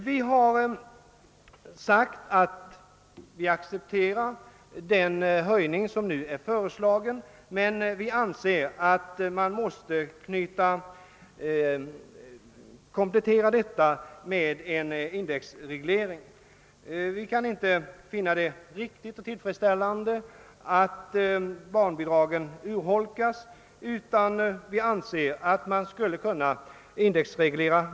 Vi har uttalat att vi accepterar den nu föreslagna höjningen av barnbidra gen men att den måste kompletteras med en indexreglering. Vi kan inte finna det vara tillfredsställande att barnbidragen urholkas av penningvärdeförsämringen, utan anser att dessa bör indexregleras.